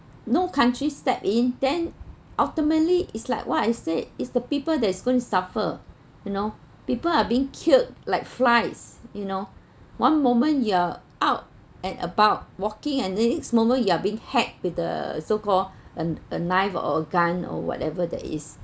no countries step in then ultimately is like what I said is the people that is going to suffer you know people are being killed like flies you know one moment you're out and about walking and then next moment you are being hacked with the so called a a knife or gun or whatever that is